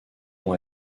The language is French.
ont